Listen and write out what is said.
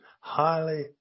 highly